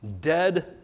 dead